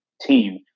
team